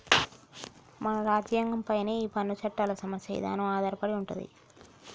మన రాజ్యంగం పైనే ఈ పన్ను చట్టాల సమస్య ఇదానం ఆధారపడి ఉంటది